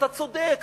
אתה צודק,